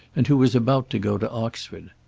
and who was about to go to oxford.